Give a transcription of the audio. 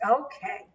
Okay